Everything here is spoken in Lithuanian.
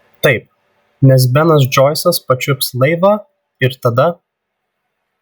taip nes benas džoisas pačiups laivą ir tada